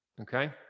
okay